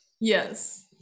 yes